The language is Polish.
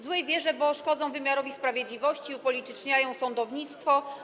Złej wierze, bo szkodzą wymiarowi sprawiedliwości, upolityczniają sądownictwo.